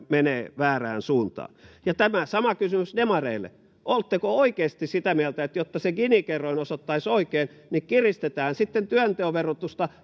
menee väärään suuntaan tämä sama kysymys demareille oletteko oikeasti sitä mieltä että jotta se gini kerroin osoittaisi oikein niin kiristetään sitten työnteon verotusta